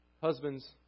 Husbands